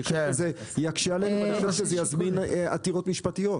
אני חושב שזה יקשה עלינו ואני חושב שזה יזמין עתירות משפטיות.